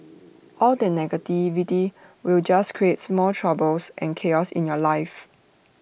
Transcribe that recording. all that negativity will just create more troubles and chaos in your life